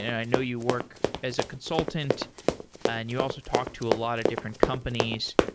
i know you work as a consultant and you also talked to a lot of different companies.